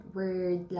word